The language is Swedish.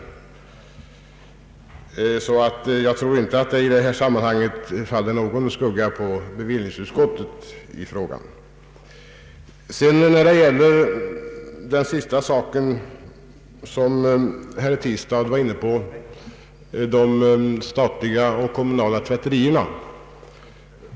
Jag tror alltså inte att det i detta sammanhang faller någon skugga på bevillningsutskottet. Sedan kommer vi till den sista frågan, som herr Tistad var inne på i sitt anförande, nämligen de statliga och kommunala tvätterierna.